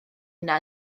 yna